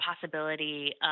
possibility